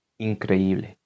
increíble